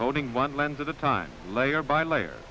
holding one lens at the time layer by layer